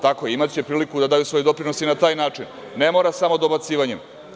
Tako je, imaće priliku da daju svoj doprinos na svoj način, ne mora samo dobacivanjem.